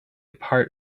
part